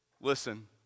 Listen